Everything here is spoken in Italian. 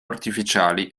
artificiali